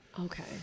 Okay